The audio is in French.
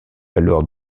alors